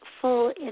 full